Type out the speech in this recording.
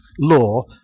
law